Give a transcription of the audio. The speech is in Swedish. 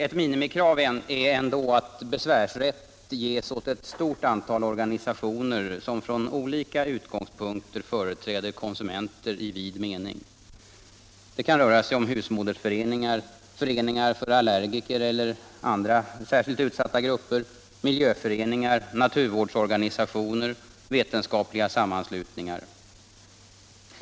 Ett minimikrav är ändå att besvärsrätt ges åt ett stort antal organisationer, som från olika utgångspunkter företräder konsumenter i vid mening. Det kan röra sig om husmodersföreningar, föreningar för allergiker och andra särskilt utsatta grupper, miljöföreningar, naturvårdsorganisationer och vetenskapliga sammanslutningar.